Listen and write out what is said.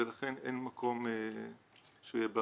ולכן אין מקום שהוא יהיה בחוק.